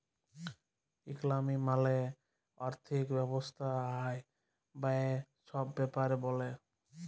ইকলমি মালে আথ্থিক ব্যবস্থা আয়, ব্যায়ে ছব ব্যাপারে ব্যলে